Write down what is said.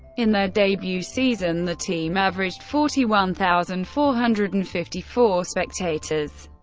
in their debut season, the team averaged forty one thousand four hundred and fifty four spectators,